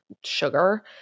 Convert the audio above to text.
sugar